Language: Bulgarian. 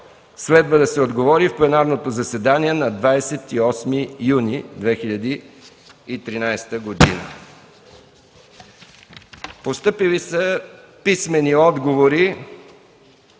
Следва да се отговори в пленарното заседание на 28 юни 2013 г. Постъпили писмени отговори